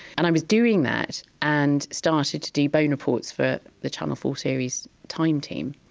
and i was doing that, and started to do bone reports for the channel four series time team.